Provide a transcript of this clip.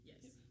Yes